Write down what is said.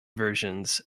versions